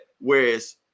Whereas